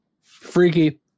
Freaky